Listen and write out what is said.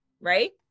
right